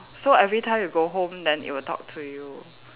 so everytime you go home then it would talk to you